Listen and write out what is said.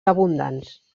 abundants